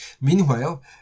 Meanwhile